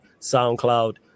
SoundCloud